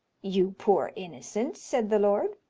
you poor innocent? said the lord.